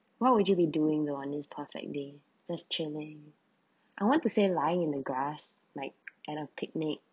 what would you be doing on this perfect day just chilling I want to say lying in the grass like and a picnic